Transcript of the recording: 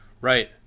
right